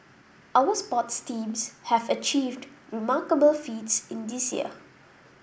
our sports teams have achieved remarkable feats in this year